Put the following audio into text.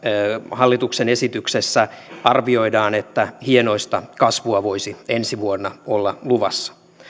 hallituksen esityksessä arvioidaan että hienoista kasvua voisi ensi vuonna olla luvassa